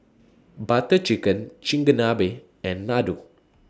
Butter Chicken Chigenabe and Ladoo